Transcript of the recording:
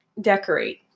decorate